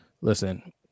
Listen